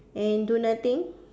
and do nothing